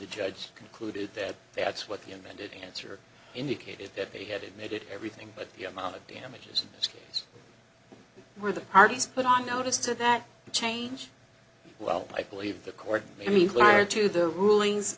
the judge concluded that that's what the amended answer indicated that they had admitted everything but the amount of damages in this case where the parties put on notice to that change well i believe the court made me a liar to their rulings